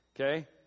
okay